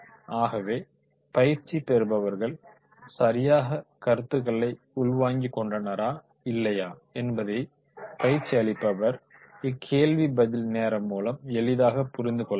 ஆகவே பயிற்சி பெறுபவர்கள் சரியாகக்கருத்துக்களை உள்வாங்கிக்கொண்டனரா இல்லையா என்பதைப் பயிற்சி அளிப்பவர் இக்கேள்வி பதில் நேரம் மூலம் எளிதாகப் புரிந்துக்கொள்ளலாம்